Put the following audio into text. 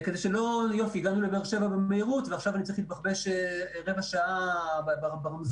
כדי שלא נגיע לבאר שבע במהירות ואחר כך נצטרך להתבחבש 1/4 שעה ברמזור,